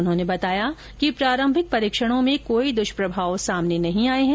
उन्होंने बताया कि प्रारंभिक परीक्षणों में कोई दुष्प्रभाव सामने नहीं आए हैं